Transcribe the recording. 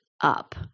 up